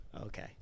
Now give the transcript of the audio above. Okay